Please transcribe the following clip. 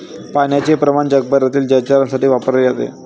पाण्याचे प्रमाण जगभरातील जलचरांसाठी वापरले जाते